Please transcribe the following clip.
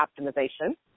optimization